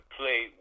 play